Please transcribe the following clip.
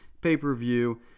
pay-per-view